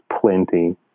plenty